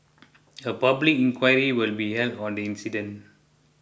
a public inquiry will be held on the incident